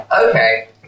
Okay